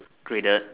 graded